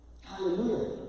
Hallelujah